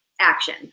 action